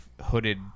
hooded